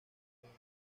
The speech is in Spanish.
nueva